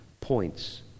points